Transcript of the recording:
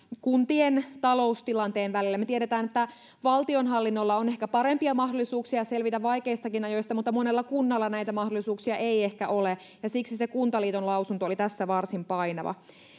kuntien taloustilanteen välillä me tiedämme että valtionhallinnolla on ehkä parempia mahdollisuuksia selvitä vaikeistakin asioista mutta monella kunnalla näitä mahdollisuuksia ei ehkä ole ja siksi se kuntaliiton lausunto oli tässä varsin painava